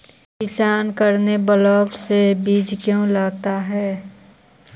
किसान करने ब्लाक से बीज क्यों लाता है?